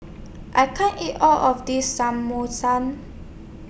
I can't eat All of This Samosa